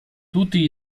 tutti